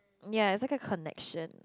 ya it's kind a connection